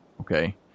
Okay